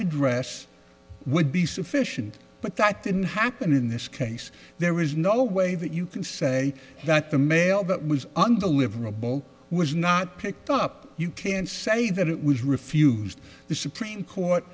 address would be sufficient but that didn't happen in this case there is no way that you can say that the mail that was on the live rabbo was not picked up you can say that it was refused the supreme court